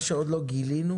מה שעוד לא גילינו,